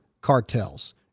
cartels